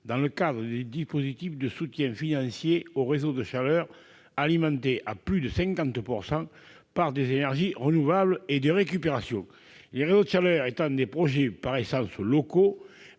dans le cadre des dispositifs de soutien financier aux réseaux de chaleur alimentés à plus de 50 % par des énergies renouvelables et de récupération. Les réseaux de chaleur étant des projets par essence locaux,